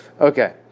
Okay